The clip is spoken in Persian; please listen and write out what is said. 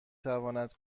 تواند